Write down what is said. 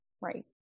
right